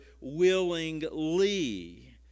willingly